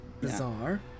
bizarre